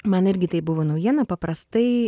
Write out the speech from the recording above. man irgi tai buvo naujiena paprastai